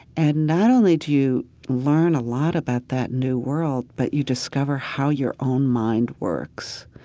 and not only do you learn a lot about that new world, but you discover how your own mind works.